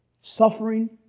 suffering